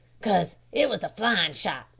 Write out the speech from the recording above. cause it was a flyin' shot,